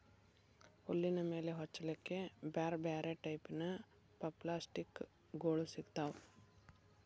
ಹುಲ್ಲಿನ ಮೇಲೆ ಹೊಚ್ಚಲಿಕ್ಕೆ ಬ್ಯಾರ್ ಬ್ಯಾರೆ ಟೈಪಿನ ಪಪ್ಲಾಸ್ಟಿಕ್ ಗೋಳು ಸಿಗ್ತಾವ